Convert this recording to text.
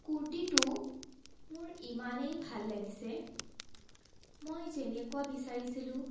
কুৰ্তীটো মোৰ ইমানেই ভাল লাগিছে মই যেনেকুৱা বিচাৰিছিলো